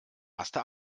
erste